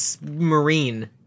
marine